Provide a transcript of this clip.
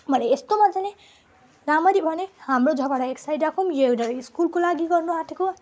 मैले यस्तो मजाले राम्ररी भनेँ हाम्रो झगडा एक साइड राखौँ यो एउटा स्कुलको लागि गर्नु आँटेको